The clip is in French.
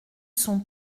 sont